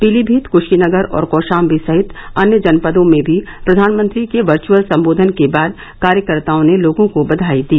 पीलीमीत क्शीनगर और कौशाम्बी सहित अन्य जनपदों में प्रधानमंत्री के वर्चअल संबोधन के बाद कार्यकर्ताओं ने लोगों को बधाई दी